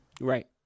Right